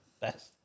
best